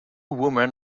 women